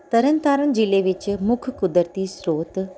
ਤਰਨਤਾਰਨ ਜ਼ਿਲ੍ਹੇ ਵਿੱਚ ਮੁੱਖ ਕੁਦਰਤੀ ਸਰੋਤ